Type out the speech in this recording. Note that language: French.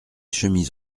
chemises